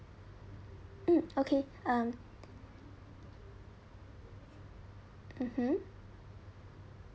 mm oksy um mmhmm